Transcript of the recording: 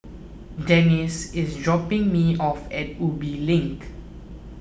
Denise is dropping me off at Ubi Link